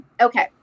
okay